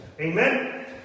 Amen